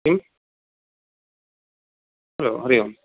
किं हलो हरिः ओम्